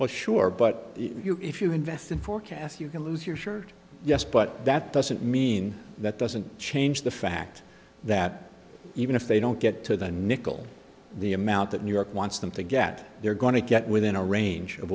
shore but you if you invest in forecasts you can lose your shirt yes but that doesn't mean that doesn't change the fact that even if they don't get to the nickel the amount that new york wants them to get they're going to get within a range of